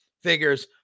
figures